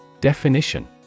Definition